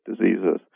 diseases